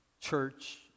church